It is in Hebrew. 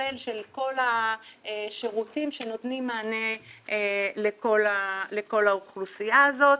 מתכלל של כל השירותים שנותנים מענה לכל האוכלוסייה הזאת.